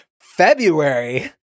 February